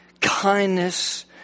kindness